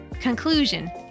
conclusion